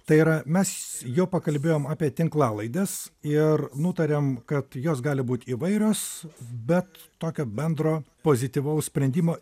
tai yra mes jo pakalbėjom apie tinklalaides ir nutarėm kad jos gali būt įvairios bet tokio bendro pozityvaus sprendimo